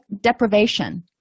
deprivation